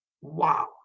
Wow